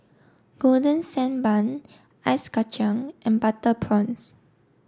Golden Sand Bun Ice Kachang and Butter Prawns